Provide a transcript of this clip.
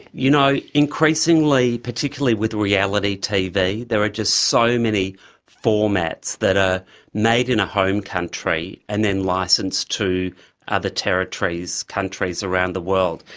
you know, increasingly particularly with reality tv there are just so many formats that are made in a home country and then licenced to other territories, countries around the world.